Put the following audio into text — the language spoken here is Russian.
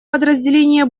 подразделения